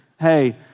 Hey